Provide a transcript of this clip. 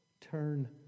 Turn